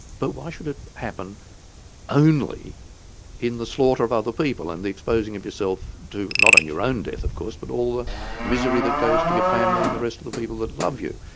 but why should it happen only in the slaughter of other people and the exposing of yourself to not only your own death, of course, but all the misery that goes to your family and the rest of the people that love you?